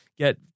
get